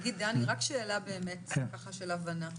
דני, רק שאלה, ככה של הבנה.